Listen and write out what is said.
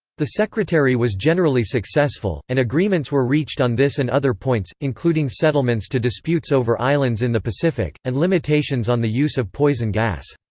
the secretary was generally successful, and agreements were reached on this and other points, including settlements to disputes over islands in the pacific, and limitations on the use of poison gas.